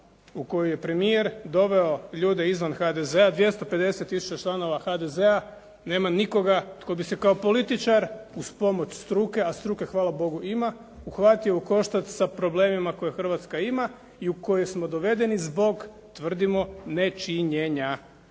u kojoj je premijer doveo ljude izvan HDZ-a, 250 tisuća članova HDZ-a nema nikoga tko bi se kao političar uz pomoć struke, a struke hvala Bogu ima, uhvatio u koštac sa problemima koje Hrvatska ima i u kojoj smo dovedeni zbog tvrdimo, nečinjenja.